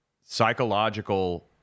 psychological